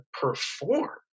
perform